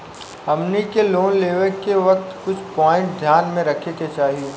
हमनी के लोन लेवे के वक्त कुछ प्वाइंट ध्यान में रखे के चाही